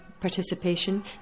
participation